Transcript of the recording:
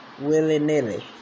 willy-nilly